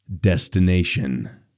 destination